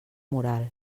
moral